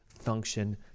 function